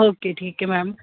okay ਠੀਕ ਹੈ ma'am